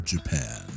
Japan